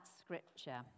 scripture